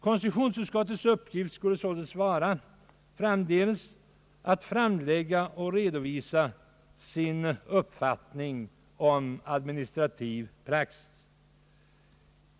Konstitutionsutskottets uppgift skulle således framdeles vara att framlägga och redovisa sin uppfattning om administrativ praxis.